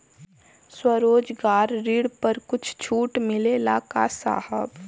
स्वरोजगार ऋण पर कुछ छूट मिलेला का साहब?